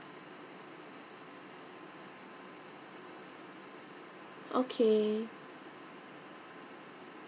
okay